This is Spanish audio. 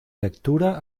lectura